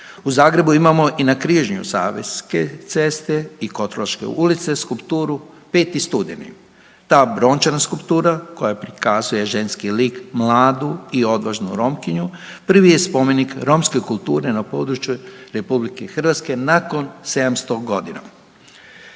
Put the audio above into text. U Zagrebu imamo i na križanju Savske ceste i Koturaške ulice skulpturu 5. studeni, ta brončana skulptura koja prikazuje ženski lik mladu i odvažnu Romkinju prvi je spomenik romske kulture na području RH nakon 700 godina.